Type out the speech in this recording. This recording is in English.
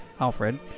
Alfred